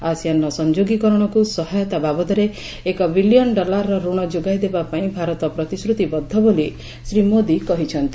ଆସିଆନ୍ର ସଂଯୋଗୀକରଣକୁ ସହାୟତା ବାବଦରେ ଏକ ବିଲିଅନ୍ ଡଲାରର ରଣ ଯୋଗାଇଦେବା ପାଇଁ ଭାରତ ପ୍ରତିଶୃତିବଦ୍ଧ ବୋଲି ଶ୍ରୀ ମୋଦି କହିଛନ୍ତି